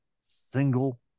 single